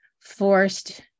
Forced